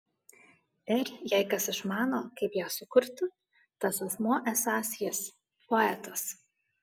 ir jei kas išmano kaip ją sukurti tas asmuo esąs jis poetas